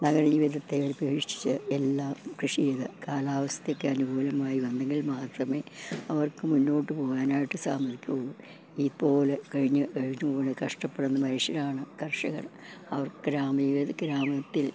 നഗര ജീവിതത്തെ അപേക്ഷിച്ച് എല്ലാം കൃഷി ചെയ്ത് കാലാവസ്ഥക്ക് അനുകൂലമായി വന്നെങ്കിൽ മാത്രമേ അവർക്ക് മുന്നോട്ട് പോകാനായിട്ട് സാമനിക്കു ഈപ്പോലെ കഴിഞ്ഞ് കഴിഞ്ഞു കണ്ട് കഷ്ടപ്പെടുന്ന മനുഷ്യരാണ് കർഷകർ അവർ ഗ്രാമീഗത ഗ്രാമത്തിൽ